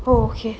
okay